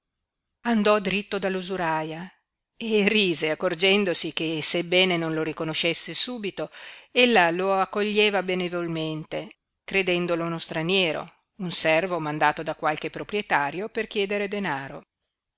andò dritto dall'usuraia e rise accorgendosi che sebbene non lo riconoscesse subito ella lo accoglieva benevolmente credendolo uno straniero un servo mandato da qualche proprietario per chiedere denaro